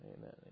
Amen